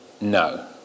No